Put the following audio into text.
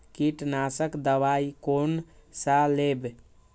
कीट नाशक दवाई कोन सा लेब?